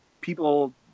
people –